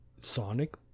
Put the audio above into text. Sonic